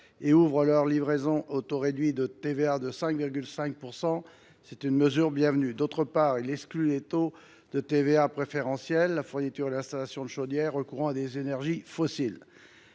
et ouvre leur livraison au taux réduit de TVA de 5,5 %. Cette mesure est la bienvenue. D’autre part, il exclut des taux de TVA préférentiels la fourniture et l’installation de chaudières recourant à des énergies fossiles.